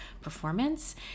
performance